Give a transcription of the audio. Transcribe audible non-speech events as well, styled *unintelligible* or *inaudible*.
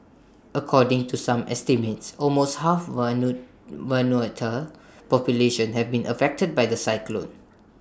according to some estimates almost half *unintelligible* Vanuatu's population have been affected by the cyclone